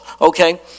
Okay